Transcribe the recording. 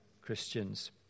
Christians